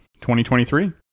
2023